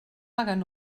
hagen